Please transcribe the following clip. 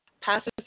passes